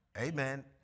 Amen